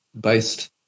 based